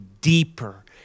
deeper